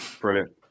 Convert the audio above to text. brilliant